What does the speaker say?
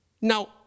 Now